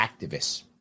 activists